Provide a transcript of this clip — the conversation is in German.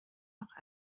noch